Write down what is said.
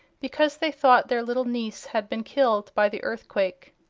because they thought their little niece had been killed by the earthquake.